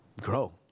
grow